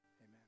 Amen